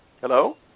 Hello